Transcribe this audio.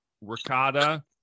ricotta